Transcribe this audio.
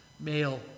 male